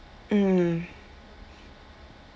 mm